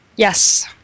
Yes